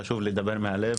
חשוב לדבר מתוך הלב,